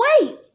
Wait